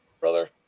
Brother